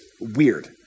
weird